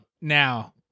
now